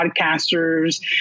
podcasters